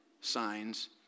signs